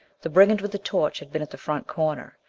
the brigand with the torch had been at the front corner.